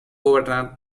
gobernar